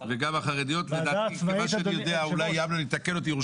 ואם אני לא צודק תתקן אותי,